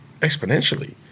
exponentially